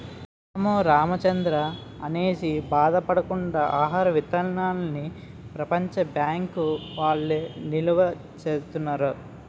అన్నమో రామచంద్రా అనేసి బాధ పడకుండా ఆహార విత్తనాల్ని ప్రపంచ బ్యాంకు వౌళ్ళు నిలవా సేత్తన్నారు